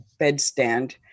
bedstand